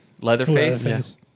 Leatherface